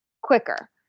quicker